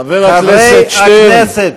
חבר הכנסת שטרן, חברי הכנסת.